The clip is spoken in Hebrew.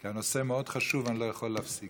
כי הנושא מאוד חשוב, ואני לא יכול להפסיק.